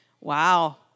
Wow